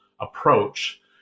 approach